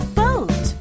boat